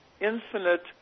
infinite